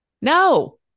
No